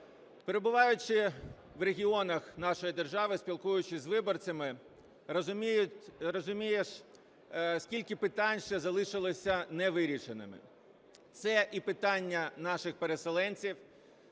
Перебуваючи в регіонах нашої держави, спілкуючись з виборцями, розумієш скільки питань ще залишилися не вирішеними. Це і питання наших переселенців,